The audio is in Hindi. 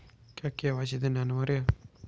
क्या के.वाई.सी देना अनिवार्य है?